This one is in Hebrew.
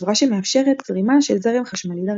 בצורה שמאפשרת זרימה של זרם חשמלי דרכם.